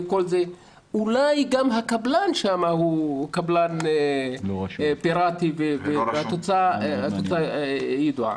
אולי גם הקבלן שם הוא קבלן פירטי והתוצאה ידועה.